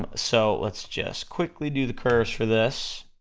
um so, let's just quickly do the curves for this,